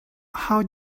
how